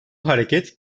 hareket